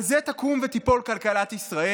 על זה תקום ותיפול כלכלת ישראל?